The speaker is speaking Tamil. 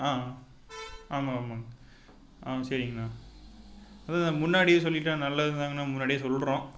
ஆ ஆமாங்க ஆமாங்க ஆ சரிங்கண்ணா அதுதான் முன்னாடியே சொல்லிட்டால் நல்லதுதாங்கண்ணா முன்னாடியே சொல்கிறோம்